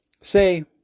say